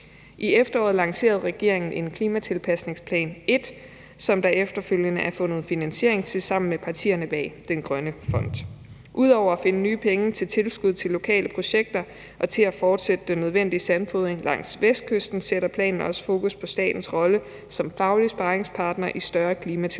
I efteråret lancerede regeringen klimatilpasningsplan 1, som der efterfølgende er fundet finansiering til sammen med partierne bag den grønne fond. Ud over at finde nye penge til tilskud til lokale projekter og til at fortsætte den nødvendige sandfodring langs Vestkysten sætter planen også fokus på statens rolle som faglig sparringspartner i større klimatilpasningsprojekter.